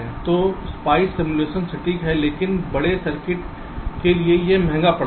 तो SPICE simulation सटीक है लेकिन बड़े सर्किट के लिए बहुत महंगा है